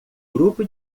grupo